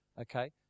okay